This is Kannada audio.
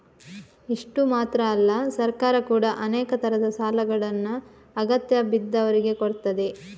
ಇಷ್ಟು ಮಾತ್ರ ಅಲ್ಲ ಸರ್ಕಾರ ಕೂಡಾ ಅನೇಕ ತರದ ಸಾಲಗಳನ್ನ ಅಗತ್ಯ ಬಿದ್ದವ್ರಿಗೆ ಕೊಡ್ತದೆ